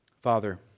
Father